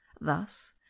thus